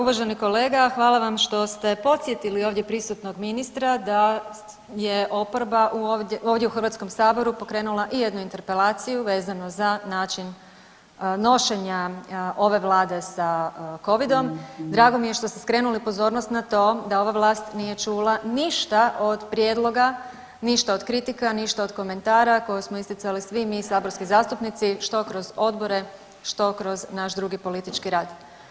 Uvaženi kolega, hvala vam što ste podsjetili ovdje prisutnog ministra da je oporba ovdje u HS pokrenula i jednu interpelaciju vezano za način nošenja ove vlade sa covidom, drago mi je što ste skrenuli pozornost na to da ova vlast nije čula ništa od prijedloga, ništa od kritika, ništa od komentara koje smo isticali svi mi saborski zastupnici što kroz odbore, što kroz naš drugi politički rad.